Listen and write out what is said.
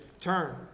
turn